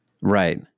Right